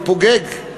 התפוגג.